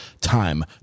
time